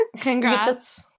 congrats